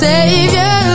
Savior